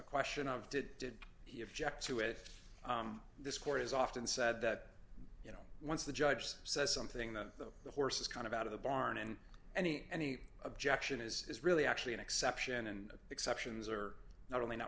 question of did did he objects to it this court has often said that you know once the judge says something that the horse is kind of out of the barn and any any objection is is really actually an exception and exceptions are not only not